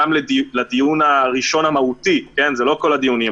גם לדיון הראשון המהותי זה לא כל הדיונים.